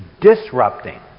disrupting